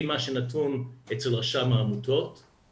זה עבד מצוין בחלק גדול מהזמן וברגע שאנשים חזרו לשוק העבודה זה התמעט,